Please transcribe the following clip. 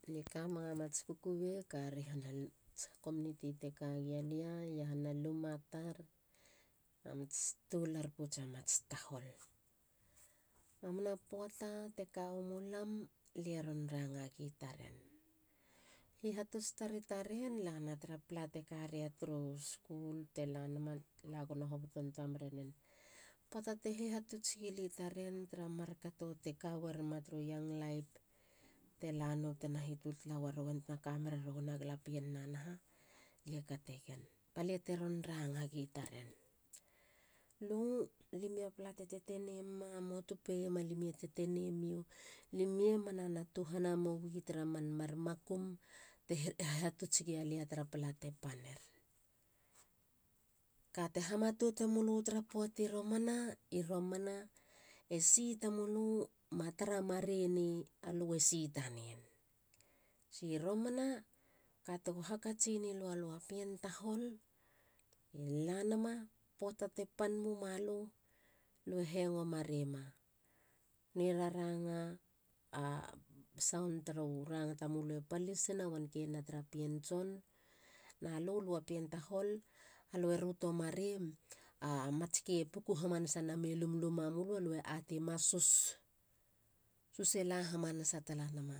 Lie kamega mats kukubei kari han nats community te kagia lia iahana luma tar na mats toular pouts a mats tahol. Mamana poata. teka wumulam. lie ron rangagi taren. hihatuts tari taren lana tara pala tekaria turu skul telanama. lugono hobotontoa mererien. poata te hihatuts gili ttaren tara mar kato teka werima turu young life telano tena hitul tala rowen. tena ka mererowen a galapien naha. lie kategen balia teron rangagi taren. Alu. limio a pala te tetene muma, muatu peiama limio tetene mio. limie manama tuhana mowi tara man mar makum te hihatuts gialia tara palate panir. kate hamatote mulu tara poati romana. I romana. esi tamulu matara maruene aluesi tanen. Tsi romana. katego hakatsinilu alua pien tahol. alue ruto marem a matske puku hamanasa namei lumluma mulu alue ateim a sus. sus e la hamanasa talanama